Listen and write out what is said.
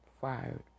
fired